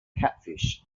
catfish